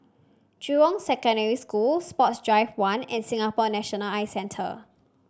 Jurong Secondary School Sports Drive One and Singapore National Eye Centre